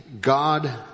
god